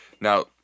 Now